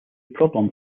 problem